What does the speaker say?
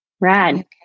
Rad